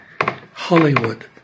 Hollywood